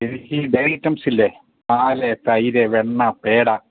എനിക്ക് dairy items ഇല്ലേ പാല് തൈര് വെണ്ണ പേട